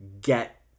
get